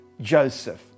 Joseph